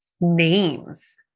Names